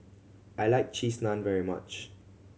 I like Cheese Naan very much